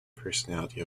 personality